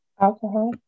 Alcohol